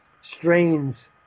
strains